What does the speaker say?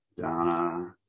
Donna